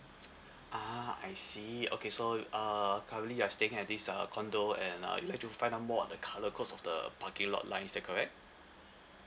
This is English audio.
ah I see okay so uh currently you're staying at this uh condo and uh you'd like to find out more on the colour codes of the parking lot lines is that correct